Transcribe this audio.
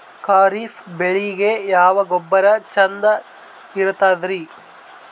ಖರೀಪ್ ಬೇಳಿಗೆ ಯಾವ ಗೊಬ್ಬರ ಚಂದ್ ಇರತದ್ರಿ?